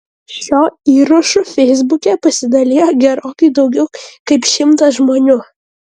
šiuo įrašu feisbuke pasidalijo gerokai daugiau kaip šimtas žmonių